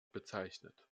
bezeichnet